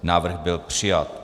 Návrh byl přijat.